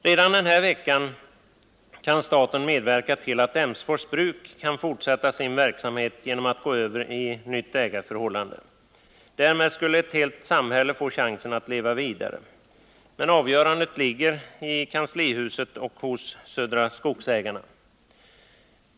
Redan den här veckan kan staten medverka till att Emsfors Bruk kan fortsätta sin verksamhet genom att gå över i ett nytt ägarförhållande. Därmed skulle ett helt samhälle få chansen att leva vidare. Avgörandet ligger i kanslihuset och hos Södra Skogsägarna.